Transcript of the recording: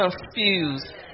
confused